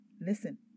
Listen